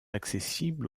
accessibles